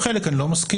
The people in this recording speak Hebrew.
עם חלק אני לא מסכים.